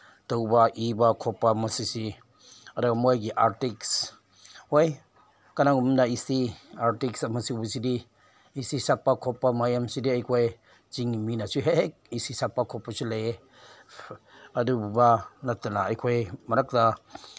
ꯇꯧꯕ ꯏꯕ ꯈꯣꯠꯄ ꯃꯁꯤꯁꯤ ꯑꯗꯨꯒ ꯃꯣꯏꯒꯤ ꯑꯥꯔꯇꯤꯁ ꯍꯣꯏ ꯀꯅꯥꯒꯨꯝꯕꯅ ꯑꯩꯁꯤ ꯑꯥꯔꯇꯤꯁ ꯑꯃ ꯁꯤꯒꯨꯝꯕꯁꯤꯗꯤ ꯏꯁꯩ ꯁꯛꯄ ꯈꯣꯠꯄ ꯃꯌꯥꯝꯁꯤꯗꯤ ꯑꯩꯈꯣꯏ ꯆꯤꯡꯒꯤ ꯃꯤꯅꯁꯨ ꯍꯦꯛ ꯍꯦꯛ ꯏꯁꯩ ꯁꯛꯄ ꯈꯣꯠꯄꯁꯨ ꯂꯩꯌꯦ ꯑꯗꯨꯒꯨꯝꯕ ꯅꯠꯇꯅ ꯑꯩꯈꯣꯏ ꯃꯔꯛꯇ